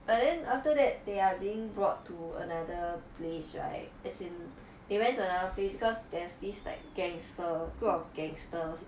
but then after that they are being brought to another place right as in they went to another place because there's this like gangster group of gangsters